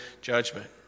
judgment